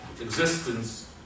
existence